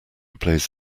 plays